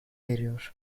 eriyor